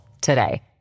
today